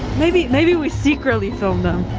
maybe, maybe we secretly film them.